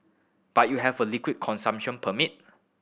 but you have a liquor consumption permit